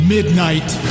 Midnight